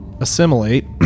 assimilate